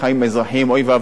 אוי ואבוי לנו אם לא,